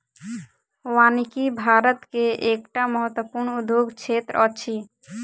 वानिकी भारत के एकटा महत्वपूर्ण उद्योग क्षेत्र अछि